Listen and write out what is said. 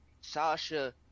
Sasha